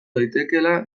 daitekeela